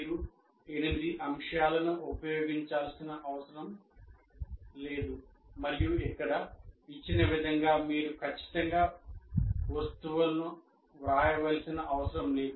మీరు 8 అంశాలను ఉపయోగించాల్సిన అవసరం లేదు మరియు ఇక్కడ ఇచ్చిన విధంగా మీరు ఖచ్చితంగా వస్తువులను వ్రాయవలసిన అవసరం లేదు